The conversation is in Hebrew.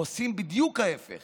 עושים בדיוק ההפך